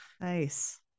Nice